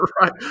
Right